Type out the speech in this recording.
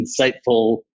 insightful